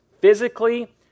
physically